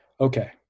Okay